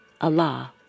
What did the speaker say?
Allah